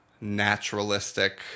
naturalistic